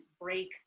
break